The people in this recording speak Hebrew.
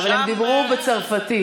אבל הם דיברו בצרפתית.